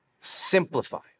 Simplify